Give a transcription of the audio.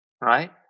right